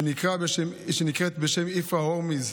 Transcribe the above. שנקראת בשם איפרא הורמיז,